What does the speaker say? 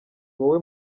wowe